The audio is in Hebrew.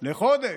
לחודש.